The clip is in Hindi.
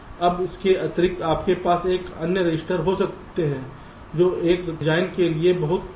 अब इसके अतिरिक्त आपके पास कुछ अन्य रजिस्टर हो सकते हैं जो एक डिजाइन के लिए बहुत विशिष्ट हैं